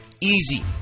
Easy